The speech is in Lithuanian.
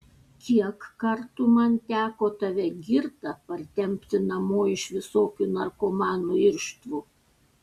kiek kartų man teko tave girtą partempti namo iš visokių narkomanų irštvų